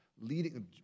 Leading